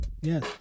yes